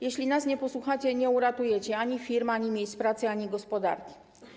Jeśli nas nie posłuchacie, nie uratujecie ani firm, ani miejsc pracy, ani gospodarki.